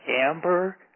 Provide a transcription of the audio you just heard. amber